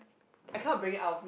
I cannot bring out me